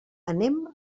anem